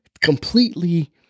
completely